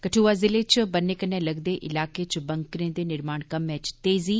कठुआ ज़िले च ब'न्ने कन्नै लगदे इलाकें च बंकरें दे निर्माण कम्मै च तेजी